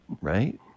Right